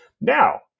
Now